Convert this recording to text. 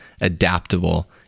adaptable